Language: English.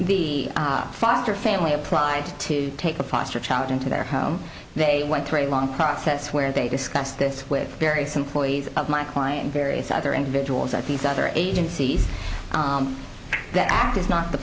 home the foster family applied to take a foster child into their home they went through a long process where they discuss this with various employees of my client various other individuals that these other agencies that act is not the